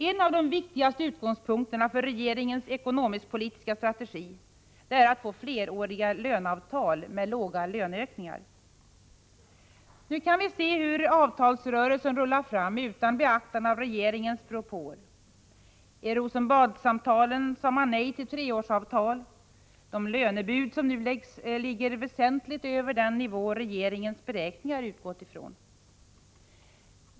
En av de viktigaste utgångspunkterna för regeringens ekonomisk-politiska strategi är att få fleråriga löneavtal med låga löneökningar. Nu kan vi se hur avtalsrörelsen rullar fram, utan beaktande av regeringens propåer. I Rosenbadssamtalen sade man nej till treårsavtal. De lönebud som nu läggs ligger väsentligt över den nivå regeringens beräkningar utgått ifrån.